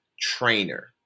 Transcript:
Trainer